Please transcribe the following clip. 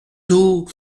tôt